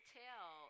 tell